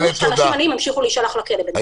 שאנשים עניים ימשיכו להישלח לכלא.